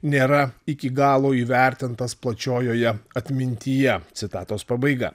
nėra iki galo įvertintas plačiojoje atmintyje citatos pabaiga